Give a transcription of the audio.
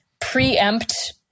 preempt